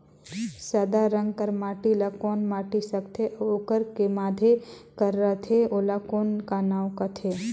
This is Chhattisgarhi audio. सादा रंग कर माटी ला कौन माटी सकथे अउ ओकर के माधे कर रथे ओला कौन का नाव काथे?